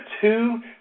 two